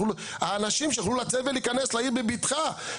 האנשים שיוכלו להיכנס ולצאת לעיר בבטחה.